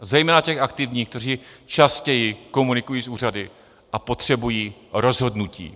A zejména těch aktivních, kteří častěji komunikují s úřady a potřebují rozhodnutí.